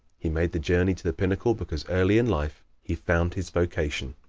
he made the journey to the pinnacle because early in life he found his vocation.